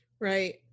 Right